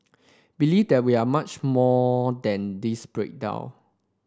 believe that we are much more than this breakdown